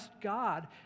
God